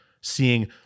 seeing